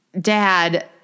dad